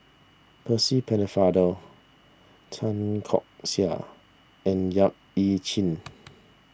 Percy Pennefather Tan Keong Saik and Yap Ee Chian